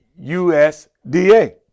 USDA